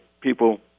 people